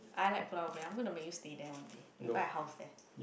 I like Pulau-Ubin I'm gonna make you stay there one day we buy a house there